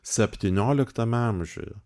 septynioliktame amžiuje